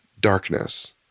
darkness